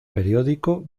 periódico